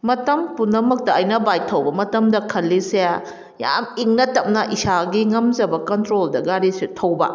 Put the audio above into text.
ꯃꯇꯝ ꯄꯨꯝꯅꯃꯛꯇ ꯑꯩꯅ ꯕꯥꯏꯛ ꯊꯧꯕ ꯃꯇꯝꯗ ꯈꯜꯂꯤꯁꯦ ꯌꯥꯝ ꯏꯪꯅ ꯇꯞꯅ ꯏꯁꯥꯒꯤ ꯉꯝꯖꯕ ꯀꯟꯇ꯭ꯔꯣꯜꯗ ꯒꯥꯔꯤꯁꯦ ꯊꯧꯕ